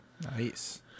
Nice